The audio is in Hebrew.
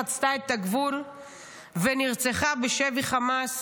חצתה את הגבול ונרצחה בשבי חמאס,